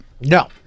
no